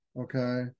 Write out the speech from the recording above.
okay